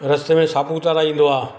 रस्ते में सापुतारा ईंदो आहे